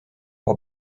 pour